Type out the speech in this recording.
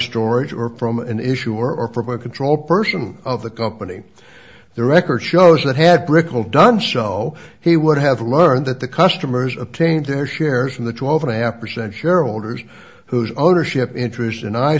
storage or from an issue or from my control person of the company the record shows that had brickell done so he would have learned that the customers obtained their shares in the twelve and a half percent sure holders whose ownership interest and i